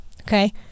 okay